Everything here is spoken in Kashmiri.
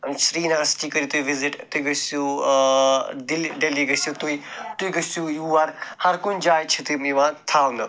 سریٖنگَر سِٹی کٔریٛو تُہۍ وِزِٹ تُہۍ گٔژھِو ٲں دِلہِ دہلی گژھِو تُہۍ تُہۍ گٔژھِو یور ہر کُنہِ جایہِ چھِ تِم یِوان تھاونہٕ